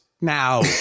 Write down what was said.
now